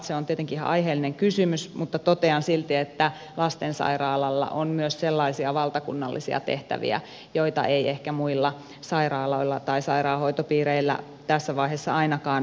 se on tietenkin ihan aiheellinen kysymys mutta totean silti että tällä lastensairaalalla on myös sellaisia valtakunnallisia tehtäviä joita ei ehkä muilla sairaaloilla tai sairaanhoitopiireillä tässä vaiheessa ainakaan ole